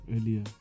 earlier